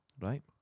right